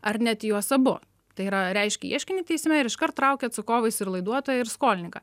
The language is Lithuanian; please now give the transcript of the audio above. ar net į juos abu tai yra reiškia ieškinį teisme ir iškart traukia atsakovais ir laiduotoją ir skolininką